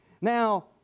Now